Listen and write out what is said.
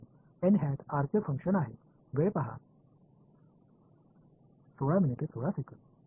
மாணவர் எனவே ஒருங்கிணைப்பு நிலையில் சில மதிப்பு உள்ளது